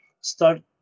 start